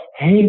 hey